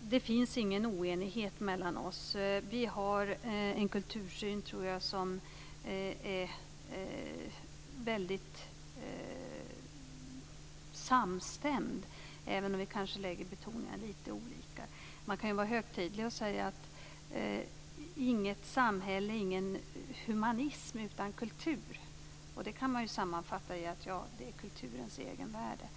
Det finns ingen oenighet mellan oss. Vi har en kultursyn som jag tror är väldigt samstämd, även om vi kanske lägger betoningen litet olika. Man kan ju vara högtidlig och säga: Inget samhälle och ingen humanism utan kultur. Det kan sammanfattas i begreppet kulturens egenvärde.